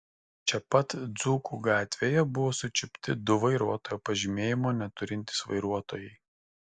čia pat dzūkų gatvėje buvo sučiupti du vairuotojo pažymėjimo neturintys vairuotojai